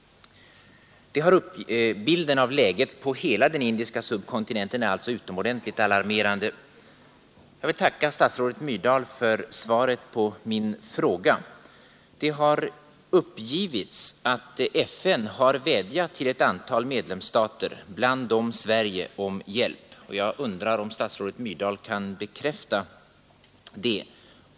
Bilden av läget på hela den indiska subkontinenten är alltså utomordentligt alarmerande. Jag vill tacka statsrådet Myrdal för svaret på min fråga. Det har uppgivits att FN vädjat till ett antal medlemsstater, bland dem Sverige, om hjälp. Jag undrar om statsrådet Myrdal kan bekräfta detta.